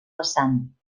vessant